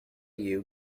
you